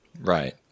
right